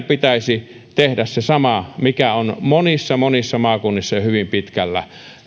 pitäisi tehdä se sama mikä on monissa monissa maakunnissa jo hyvin pitkällä